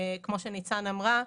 כמו שניצן אמרה,